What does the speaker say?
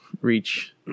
reach